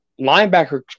linebacker